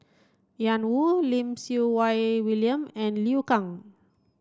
Ian Woo Lim Siew Wai William and Liu Kang